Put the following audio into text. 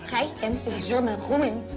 i am a german woman.